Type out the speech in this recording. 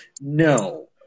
No